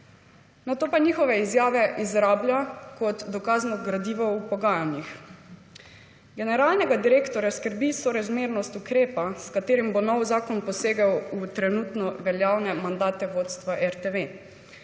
nato pa njihove izjave izrablja kot dokazno gradivo v pogajanjih. Generalnega direktorja skrbi sorazmernost ukrepa, s katerim bo novi zakon posegel v trenutno veljavne mandate vodstva RTV.